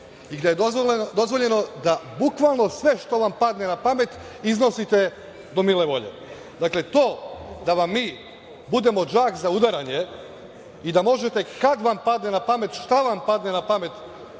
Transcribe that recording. i gde je dozvoljeno da bukvalno sve što vam padne na pamet iznosite do mile volje. Dakle, to da vam mi budemo džak za udaranje i da možete kad vam padne na pamet i šta vam padne na pamet